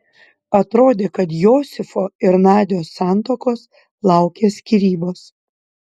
atrodė kad josifo ir nadios santuokos laukia skyrybos